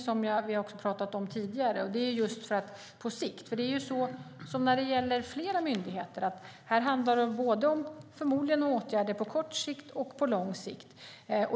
Som när det gäller flera andra myndigheter handlar det förmodligen om åtgärder på både lång och kort sikt.